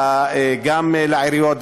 גם לעיריות,